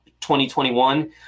2021